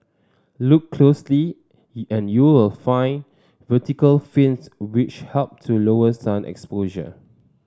look closely and you'll find vertical 'fins' which help to lower sun exposure